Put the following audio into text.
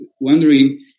wondering